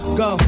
go